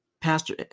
pastor